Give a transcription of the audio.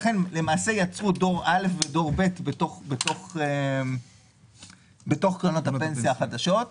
יצרו דור א' ודור ב' בתוך קרנות הפנסיה החדשות,